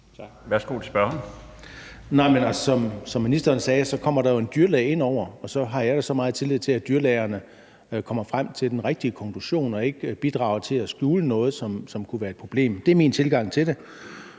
Rasmussen (EL): Som ministeren sagde, kommer der jo en dyrlæge indover, og så har jeg da meget tillid til, at dyrlægerne kommer frem til den rigtige konklusion og ikke bidrager til at skjule noget, som kunne være et problem. Det er min tilgang til det.